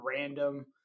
random